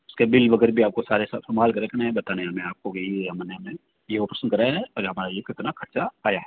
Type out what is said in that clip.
उस के बिल वगैरह भी आप को सारे संभाल के रखने हैं बताने हैं हमें आप को कि ये ये हम ने ये ऑपरेशन कराया है और हमारा ये कितना खर्चा आया है